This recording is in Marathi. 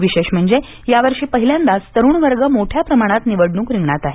विशेष म्हणजे यावर्षी पहिल्यादाच तरुण वर्ग मोठया प्रमाणात निवडणूक रिंगणात आहे